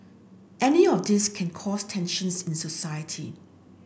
any of these can cause tensions in society